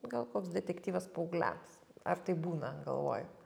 gal koks detektyvas paaugliams ar taip būna galvoj